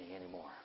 anymore